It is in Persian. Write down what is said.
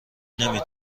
نمی